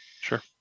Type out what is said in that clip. Sure